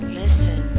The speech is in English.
listen